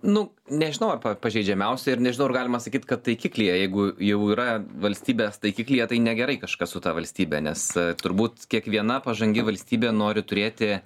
nu nežinau ar pa pažeidžiamiausia ir nežinau ar galima sakyt kad taikiklyje jeigu jau yra valstybės taikiklyje tai negerai kažkas su ta valstybe nes turbūt kiekviena pažangi valstybė nori turėti